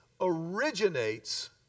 originates